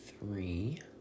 three